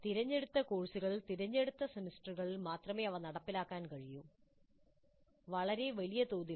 തിരഞ്ഞെടുത്ത കോഴ്സുകളിൽ തിരഞ്ഞെടുത്ത സെമസ്റ്ററുകളിൽ മാത്രമേ അവ നടപ്പിലാക്കാൻ കഴിയൂ വളരെ വലിയ തോതിലല്ല